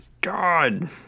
God